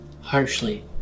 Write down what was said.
harshly